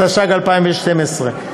התשע"ג 2012,